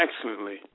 excellently